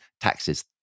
taxes